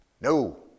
No